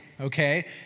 Okay